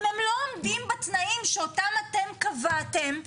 אם הם לא עומדים בתנאים שאותם אתם קבעתם,